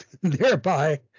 thereby